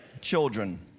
Children